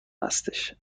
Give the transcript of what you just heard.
هستش